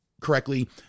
correctly